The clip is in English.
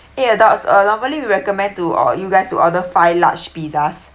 eight adults uh normally recommend to you guys to order five large pizzas